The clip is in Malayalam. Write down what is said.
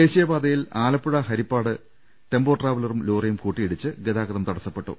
ദേശീയപാതയിൽ ആലപ്പുഴ ഹരിപ്പാട് ടെമ്പോ ട്രാവലറും ലോറിയും കൂട്ടിയിടിച്ച് ഗതാഗതം തടസ്സപ്പെട്ടു